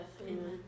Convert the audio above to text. Amen